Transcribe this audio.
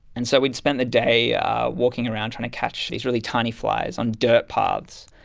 and so we had spent the day walking around trying to catch these really tiny flies on dirt paths.